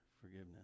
forgiveness